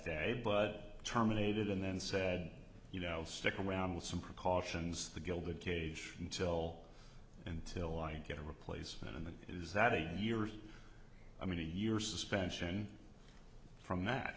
day but terminated and then said you know stick around with some precautions the gilded cage until until i get a replacement and that is that the years i mean a year suspension from that